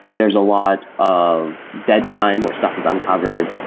there's a lot of dead time where stuff is uncovered.